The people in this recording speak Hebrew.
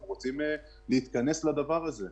אנחנו רוצים להתכנס לדבר הזה.